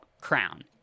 crown